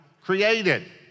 created